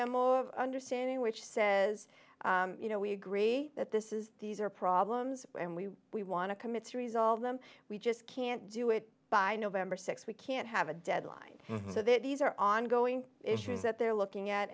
of understanding which says you know we agree that this is these are problems and we we want to commit to resolve them we just can't do it by november th we can't have a deadline so that these are ongoing issues that they're looking at